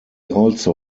also